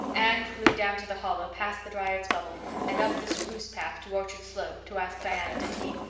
anne flew down to the hollow, past the dryad's bubble and up the spruce path to orchard slope, to ask diana to tea.